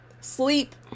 sleep